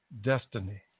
destiny